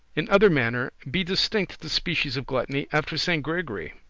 in other manner be distinct the species of gluttony, after saint gregory.